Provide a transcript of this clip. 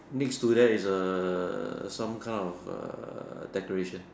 next to there is a some kind of a decoration